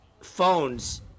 phones